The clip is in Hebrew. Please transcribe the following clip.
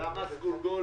זה מס גולגולת.